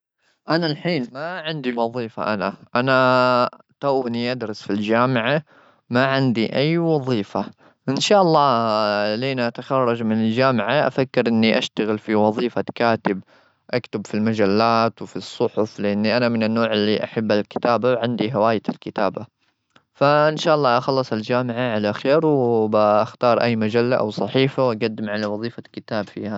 أنا الحين ما عندي وظيفة، أنا توني أدرس في الجامعة. ما عندي أي وظيفة. إن شاء الله لين أتخرج من الجامعة، أفكر إني أشتغل في وظيفة كاتب. أكتب في المجلات وفي الصحف، لأني أنا من النوع اللي أحب الكتابة. عندي هواية الكتابة. فإن شاء الله أخلص الجامعة على خير. وباختار أي مجلة أو صحيفة وأقدم على وظيفة كتاب فيها.